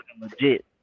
legit